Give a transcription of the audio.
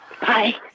Bye